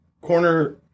corner